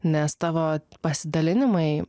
nes tavo pasidalinimai